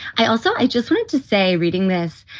i also i just wanted to say reading this,